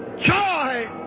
joy